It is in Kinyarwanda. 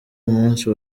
umunsi